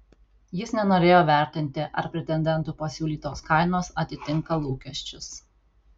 jis nenorėjo vertinti ar pretendentų pasiūlytos kainos atitinka lūkesčius